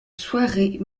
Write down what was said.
soirée